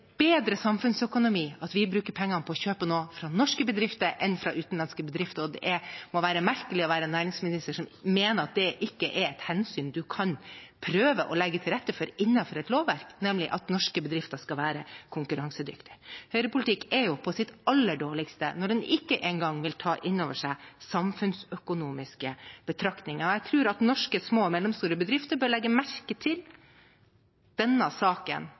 bedre samfunnsøkonomi at vi bruker pengene på å kjøpe noe fra norske bedrifter enn fra utenlandske bedrifter. Det må være merkelig å være en næringsminister som mener at det at norske bedrifter skal være konkurransedyktige, ikke er et hensyn man kan prøve å legge til rette for innenfor et lovverk. Høyrepolitikk er på sitt aller dårligste når den ikke engang vil ta inn over seg samfunnsøkonomiske betraktninger. Jeg tror norske små og mellomstore bedrifter bør legge merke til denne saken